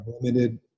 limited